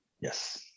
Yes